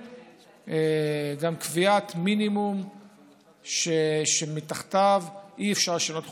גם קביעת מינימום שמתחתיו אי-אפשר לשנות חוקי-יסוד,